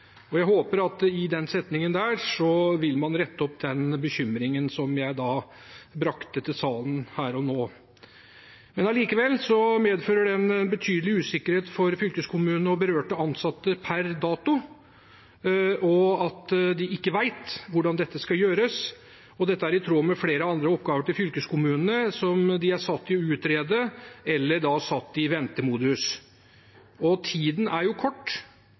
Jeg håper at man med den setningen vil rette opp den bekymringen som jeg har brakt til salen her og nå. Allikevel medfører det at de ikke vet hvordan dette skal gjøres, en betydelig usikkerhet for fylkeskommunene og berørte ansatte per dato. Dette er i tråd med flere andre oppgaver til fylkeskommunene, som de er satt til å utrede, eller som er satt i ventemodus. Tiden er kort.